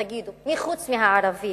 תגידו, חוץ מהערבים?